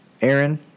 Aaron